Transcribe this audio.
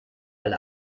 weil